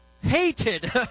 hated